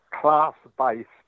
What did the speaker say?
class-based